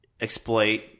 exploit